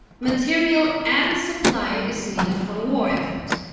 material and supply is needed for the war effort.